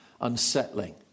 unsettling